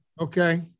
Okay